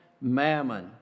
mammon